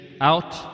out